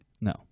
No